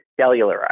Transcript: cellularized